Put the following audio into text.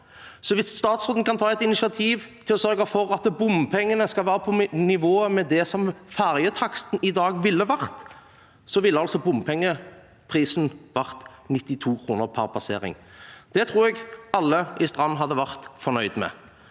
Hvis statsråden kunne tatt et initiativ for å sørge for at bompengene skulle være på nivå med det ferjetaksten ville vært i dag, ville altså bompengeprisen vært på 92 kr per passering. Det tror jeg alle i Strand hadde vært fornøyde med.